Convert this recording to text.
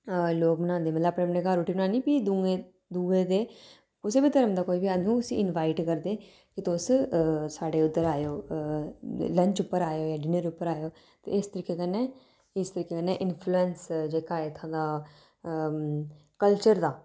लोक बनांदे अपने अपने घर रुट्टी बनानी ते भी दूऐ दे दूएं दे कुसै बी धर्म दा होऐ उसी इन्वाईट करदे कि तुस साढ़े उद्धर आएओ लंच उप्पर आएओ जां डिनर उप्पर आएओ ते इस तरीकै कन्नै इस तरीके कन्नै इन्फलुअंस जेह्का ऐ इत्थे दा कल्चर दा